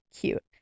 cute